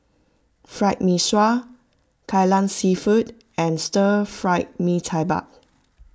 Fried Mee Sua Kai Lan Seafood and Stir Fried Mee Tai Mak